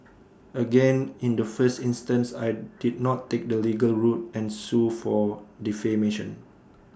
again in the first instance I did not take the legal route and sue for defamation